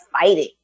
fighting